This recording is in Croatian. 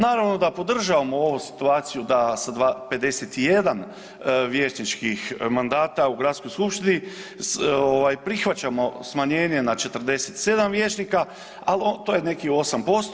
Naravno da podržavamo ovu situaciju da sa 51 vijećničkih mandata u Gradskoj skupštini prihvaćamo smanjenje na 47 vijećnika, to je nekih 8%